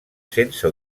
sense